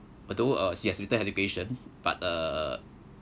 although uh she has little education but uh